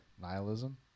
Nihilism